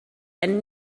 and